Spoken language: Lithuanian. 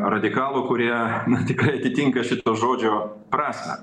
radikalų kurie na tikrai atitinka šito žodžio prasmę